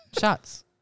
Shots